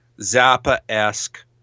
zappa-esque